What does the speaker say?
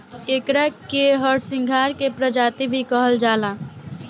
एकरा के हरसिंगार के प्रजाति भी कहल जाला